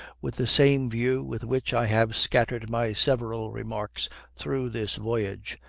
with the same view with which i have scattered my several remarks through this voyage,